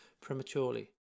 prematurely